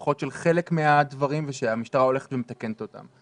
לפחות של חלק מן הדברים, ושהמשטרה מתקנת אותם.